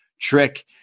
Trick